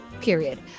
period